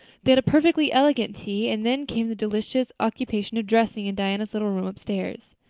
they had a perfectly elegant tea and then came the delicious occupation of dressing in diana's little room upstairs.